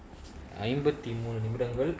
ஐம்பத்திமூணு நிமிடங்கள்:aimbathimoonu nimidankal